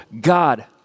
God